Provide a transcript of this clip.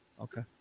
Okay